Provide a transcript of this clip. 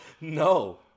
No